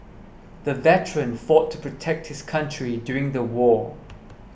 the veteran fought to protect his country during the war